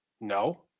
No